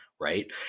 right